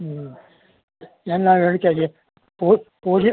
ಹ್ಞೂ ಏನ್ಲ ನಡೀತಾಯಿದೆ ಪೂಜೆ